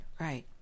right